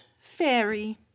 fairy